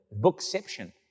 Bookception